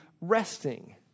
resting